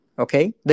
Okay